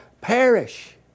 perish